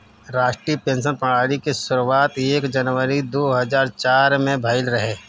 राष्ट्रीय पेंशन प्रणाली के शुरुआत एक जनवरी दू हज़ार चार में भईल रहे